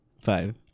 five